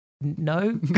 no